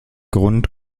grund